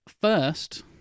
First